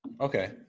Okay